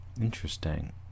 Interesting